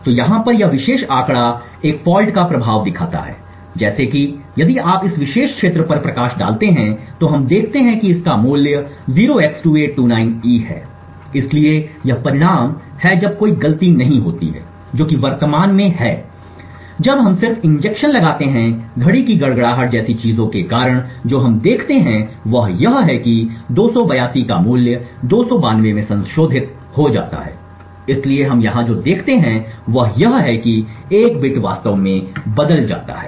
तो यहाँ पर यह विशेष आंकड़ा एक गलती का प्रभाव दिखाता है जैसे कि यदि आप इस विशेष क्षेत्र पर प्रकाश डालते हैं तो हम देखते हैं कि इसका मूल्य 0x2829E है इसलिए यह परिणाम है जब कोई गलती नहीं होती है जो कि वर्तमान में है जब हम सिर्फ इंजेक्शन लगाते हैं घड़ी की गड़गड़ाहट जैसी चीजों के कारण जो हम देखते हैं वह यह है कि 282 का मूल्य 292 में संशोधित हो जाता है इसलिए हम यहां जो देखते हैं वह यह है कि एक बिट वास्तव में बदल जाता है